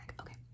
Okay